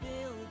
build